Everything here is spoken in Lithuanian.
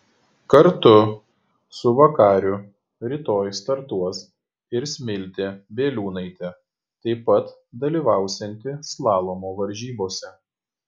kartu su vakariu rytoj startuos ir smiltė bieliūnaitė taip pat dalyvausianti slalomo varžybose